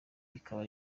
bikaba